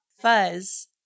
Fuzz